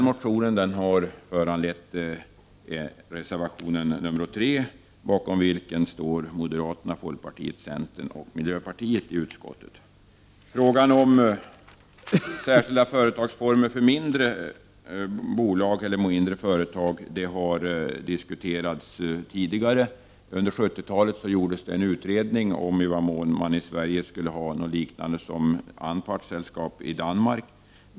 Motionen har föranlett reservation 3, bakom vilken står företrädarna för moderaterna, folkpartiet, centern och miljöpartiet i utskottet. Frågan om särskilda företagsformer för mindre bolag och mindre företag har diskuterats tidigare. Under 70-talet gjordes en utredning om i vad mån man i Sverige skulle ha en form liknande anpartsselskab i Danmark.